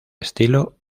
estilo